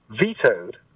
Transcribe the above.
vetoed